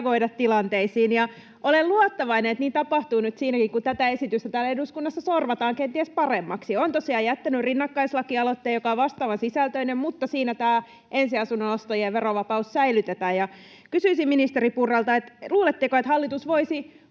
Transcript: ja reagoida tilanteisiin, ja olen luottavainen, että niin tapahtuu nyt siinäkin, kun tätä esitystä täällä eduskunnassa sorvataan kenties paremmaksi. Olen tosiaan jättänyt rinnakkaislakialoitteen, joka on vastaavan sisältöinen, mutta siinä tämä ensiasunnon ostajien verovapaus säilytetään. Kysyisin ministeri Purralta: luuletteko, että hallitus voisi